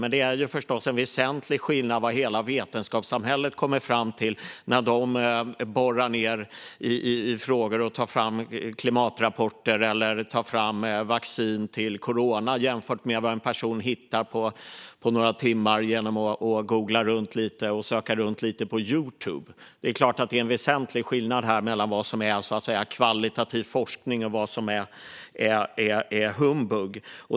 Men det är förstås en väsentlig skillnad på vad hela vetenskapssamhället kommer fram till när de borrar i frågor och tar fram klimatrapporter eller vaccin mot corona jämfört med vad en person hittar på några timmar genom att googla runt lite och söka runt lite på Youtube. Det är klart att det är en väsentlig skillnad mellan vad som är högkvalitativ forskning och vad som är humbug.